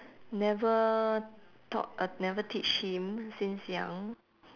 never taught uh never teach him since young